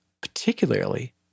particularly